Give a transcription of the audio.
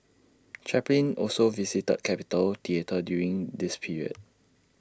Chaplin also visited capitol theatre during this period